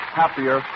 happier